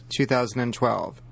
2012